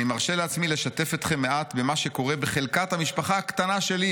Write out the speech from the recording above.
"אני מרשה לעצמי לשתף אתכם מעט במה שקורה בחלקת המשפחה הקטנה שלי,